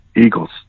Eagles